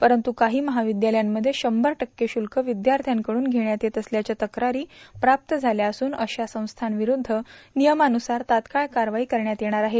परंतु काही महाविद्यालयांमध्ये शंभर टक्के शुल्क विद्यार्थ्यांकडून घेण्यात येत असल्याच्या तक्रारी प्राप्त झाल्या असून अशा संस्थांविठ्ठध्द नियमाव्रसार तात्काळ कारवाई करण्यात येणार आहे